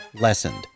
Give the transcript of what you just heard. lessened